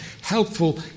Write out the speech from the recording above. helpful